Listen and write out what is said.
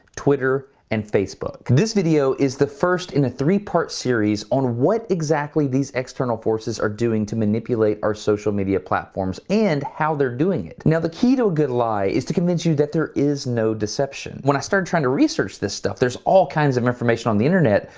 twitter, and facebook. this video is the first in a three-part series on what exactly these external forces are doing to manipulate our social media platforms and how they're doing it. now a key to a good lie is to convince you that there is no deception. when i started trying to research this stuff, there's all kinds of information on the internet,